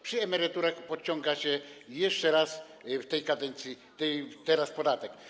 Przy emeryturach odciąga się jeszcze raz w tej kadencji, teraz podatek.